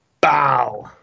Bow